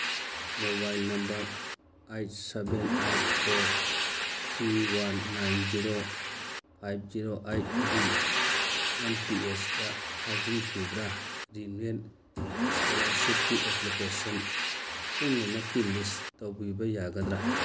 mobile number eight seven eight four three one nine zero five zero ꯑꯩꯠꯒꯤ N P ꯑꯦꯁꯗ ꯊꯥꯖꯤꯟꯈꯤꯕ꯭ꯔꯥ renewal ꯏꯁꯀꯣꯂꯥꯔꯁꯤꯞꯀꯤ application ꯄꯨꯝꯅꯃꯛꯀꯤ ꯂꯤꯁ ꯇꯧꯕꯤꯕ ꯌꯥꯔꯒꯗ꯭ꯔꯥ